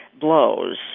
blows